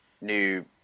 new